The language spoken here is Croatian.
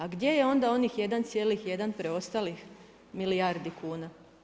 A gdje je onda onih 1,1 preostalih milijardi kuna?